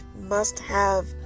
must-have